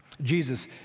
Jesus